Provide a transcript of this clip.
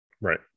right